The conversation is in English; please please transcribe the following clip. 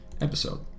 episode